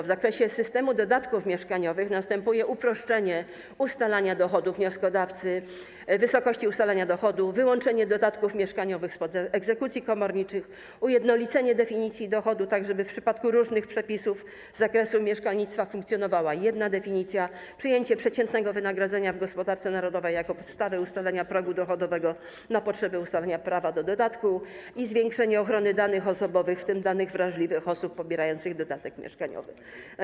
W zakresie systemu dodatków mieszkaniowych następuje uproszczenie ustalania wysokości dochodu wnioskodawcy, wyłączenie dodatków mieszkaniowych spod egzekucji komorniczych, ujednolicenie definicji dochodu, tak żeby w przypadku różnych przepisów z zakresu mieszkalnictwa funkcjonowała jedna definicja, przyjęcie przeciętnego wynagrodzenia w gospodarce narodowej jako podstawy ustalania progu dochodowego na potrzeby ustalania prawa do dodatku i zwiększenie ochrony danych osobowych, w tym danych wrażliwych, osób pobierających dodatek mieszkaniowy.